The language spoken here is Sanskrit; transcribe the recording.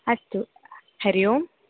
अस्तु हरिः ओम्